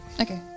Okay